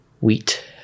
Wheat